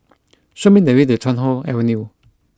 show me the way to Chuan Hoe Avenue